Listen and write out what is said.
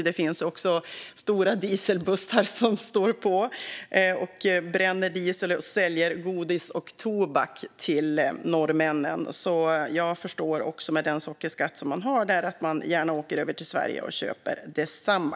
Det finns stora dieselbussar som står och bränner diesel där man säljer godis och tobak till norrmännen. Jag förstår med den sockerskatt som man har där att man gärna åker över till Sverige och köper detsamma.